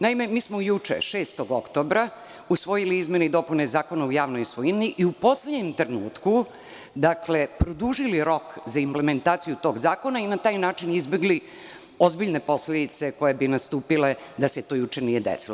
Naime, juče smo, 6. oktobra, usvojili izmene i dopune Zakona o javnoj svojini i u poslednjem trenutku produžili rok za implementaciju tog zakona i na taj način izbegli ozbiljne posledice koje bi nastupile da se to juče nije desilo.